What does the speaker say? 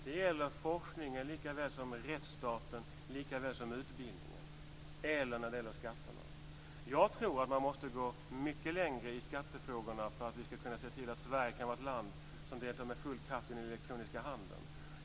Det gäller forskningen likaväl som rättsstaten likaväl som utbildningen eller skatterna. Jag tror att man måste gå mycket längre i skattefrågorna för att vi ska kunna se till att Sverige kan vara ett land som deltar med full kraft i den elektroniska handeln.